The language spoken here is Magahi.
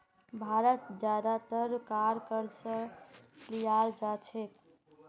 भारत ज्यादातर कार क़र्ज़ स लीयाल जा छेक